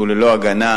שהוא ללא הגנה,